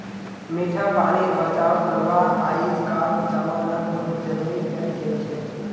मीठा पानीर बचाव करवा अइजकार जमानात बहुत जरूरी हैं गेलछेक